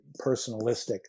personalistic